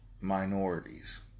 minorities